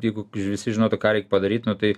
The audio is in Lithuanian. jeigu visi žinotų ką reik padaryt nu tai